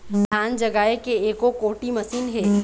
धान जगाए के एको कोठी मशीन हे?